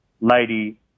Lady